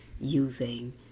using